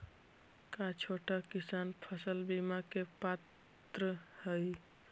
का छोटा किसान फसल बीमा के पात्र हई?